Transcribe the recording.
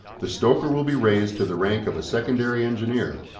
the stoker will be raised to the rank of a secondary engineer,